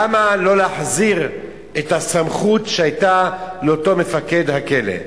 למה לא להחזיר את הסמכות שהיתה לאותו מפקד כלא?